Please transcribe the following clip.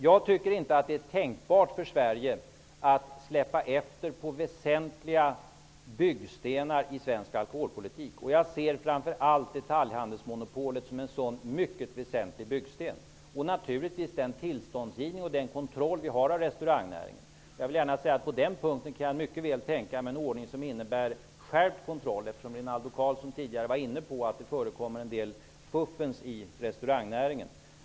Jag tycker inte att det är tänkbart för Sverige att släppa efter när det gäller väsentliga byggstenar i svensk alkoholpolitik, och jag ser framför allt detaljhandelsmonopolet som en sådan mycket väsentlig byggsten. Det är naturligtvis också den tillståndsgivning och den kontroll av restaurangnäringen som vi har. På den punkten kan jag mycket väl tänka mig en ordning som innebär skärpt kontroll -- Rinaldo Karlsson var ju inne på att det förekommer en del fuffens i restaurangnäringen.